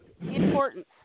importance